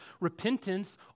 repentance